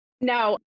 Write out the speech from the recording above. No